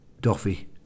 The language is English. Duffy